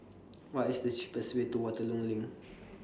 What IS The cheapest Way to Waterloo LINK